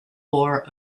ore